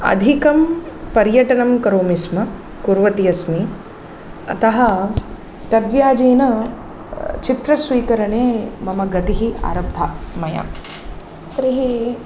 अधिकं पर्यटनं करोमि स्म कुर्वती अस्मि अतः तद्व्याजेन चित्रस्वीकरणे मम गतिः आरब्धा मया तर्हि